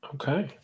okay